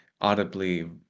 audibly